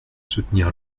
soutenir